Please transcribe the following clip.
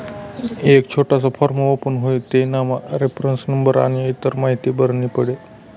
एक छोटासा form open हुई तेनामा रेफरन्स नंबर आनी इतर माहीती भरनी पडी